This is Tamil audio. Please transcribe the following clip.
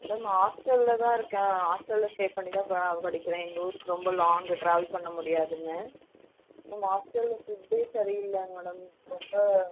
மேடம் ஹாஸ்ட்டலில் தான் இருக்கேன் ஹாஸ்டலில் ஸ்டெய் பண்ணி தான் படிக்கிறேன் எங்கூர்க்கு ரொம்ப லாங்கு ட்ராவெல் பண்ண முடியாதுன்னு மேம் ஹாஸ்டலில் ஃபுட்டே சரி இல்லங்க மேடம் ரொம்ப